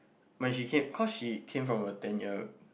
when she came cause she came from a ten year